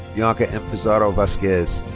bianca m. pizarro vazquez.